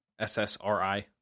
ssri